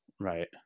Right